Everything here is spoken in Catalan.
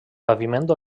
paviment